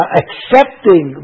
accepting